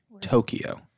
Tokyo